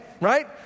right